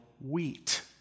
wheat